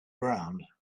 ground